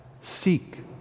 seek